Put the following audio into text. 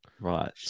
right